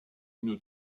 une